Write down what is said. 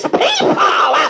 people